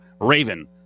Raven